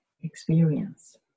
experience